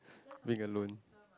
we alone